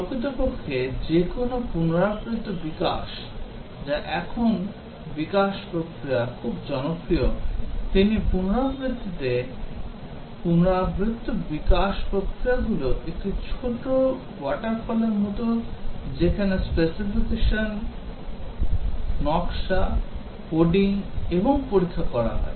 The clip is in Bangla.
প্রকৃতপক্ষে যে কোনও পুনরাবৃত্ত বিকাশ যা এখন বিকাশ প্রক্রিয়া খুব জনপ্রিয় প্রতিটি পুনরাবৃত্তিতে পুনরাবৃত্ত বিকাশ প্রক্রিয়াগুলি একটি ছোট water fall এর মতো যেখানে স্পেসিফিকেশন নকশা কোডিং এবং পরীক্ষা করা হয়